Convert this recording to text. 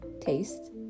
taste